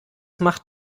macht